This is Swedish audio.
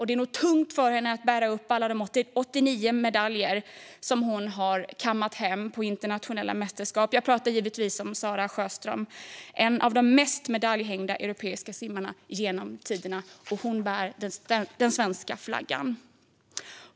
Det är nog tungt för henne att bära upp alla de 89 medaljer som hon har kammat hem på internationella mästerskap. Jag talar givetvis om Sarah Sjöström, en av de mest medaljhängda europeiska simmarna genom tiderna. Hon bär den svenska flaggan.